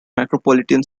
micropolitan